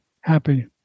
happy